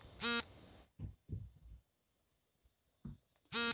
ಬಿತ್ತನೆಗೆಂದು ಬಳಸುವ ಕೂರಿಗೆಗಳು ಸ್ಥಳೀಯ ಮಟ್ಟದಲ್ಲಿ ಸಿಗಬಹುದೇ?